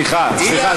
סליחה,